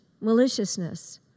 maliciousness